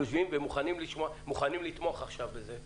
הם יושבים ומוכנים לתמוך בזה עכשיו,